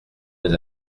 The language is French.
des